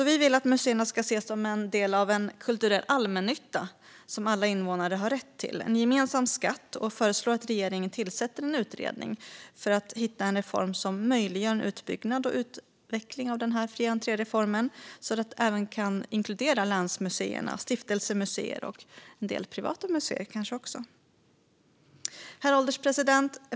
Vi vill att museerna ska ses som en del av en kulturell allmännytta som alla invånare har rätt till - en gemensam skatt - och föreslår att regeringen tillsätter en utredning för att möjliggöra en utbyggnad och utveckling av fri entré-reformen så att även länsmuseer, stiftelsemuseer och kanske en del privata museer kan inkluderas. Herr ålderspresident!